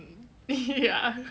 ya